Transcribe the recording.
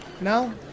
No